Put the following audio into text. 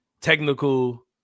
technical